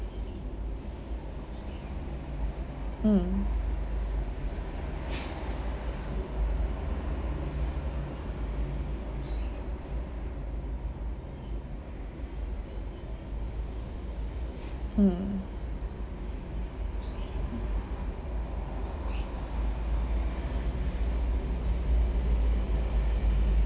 mm mm